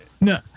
no